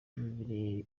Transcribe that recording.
ibi